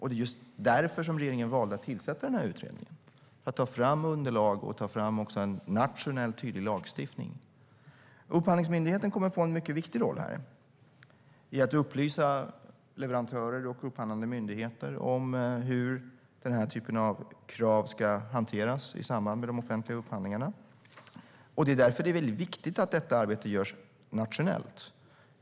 Det var just därför som regeringen valde att tillsätta utredningen - för att ta fram underlag och en tydlig nationell lagstiftning. Upphandlingsmyndigheten kommer att få en mycket viktig roll i att upplysa leverantörer och upphandlande myndigheter om hur den typen av krav ska hanteras i samband med de offentliga upphandlingarna. Därför är det viktigt att detta arbete görs nationellt.